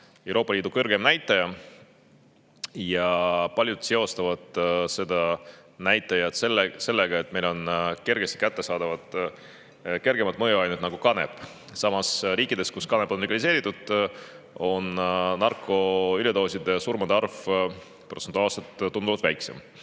Euroopa Liidu kõrgeim näitaja. Paljud seostavad seda näitajat sellega, et meil on kergesti kättesaadavad kergemad mõnuained, nagu kanep. Samas riikides, kus kanep on legaliseeritud, on narkoüledoosist [põhjustatud] surmade arv protsentuaalselt tunduvalt väiksem.